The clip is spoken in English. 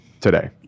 today